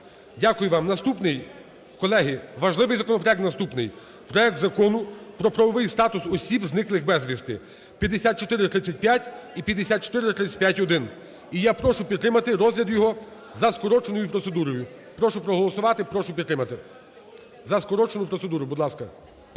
Дякую вам. Наступний, колеги, важливий законопроект наступний: проект Закону про правовий статус осіб, зниклих безвісти (5435 і 5435-1). І я прошу підтримати розгляд його за скороченою процедурою. Прошу проголосувати, прошу підтримати за скорочену процедуру. Будь ласка.